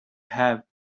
have